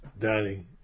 dining